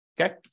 okay